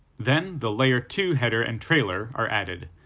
then, the layer two header and trailer are added,